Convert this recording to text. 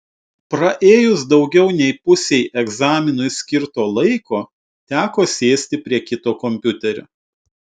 praėjus daugiau nei pusei egzaminui skirto laiko teko sėsti prie kito kompiuterio